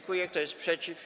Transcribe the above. Kto jest przeciw?